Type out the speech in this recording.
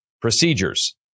procedures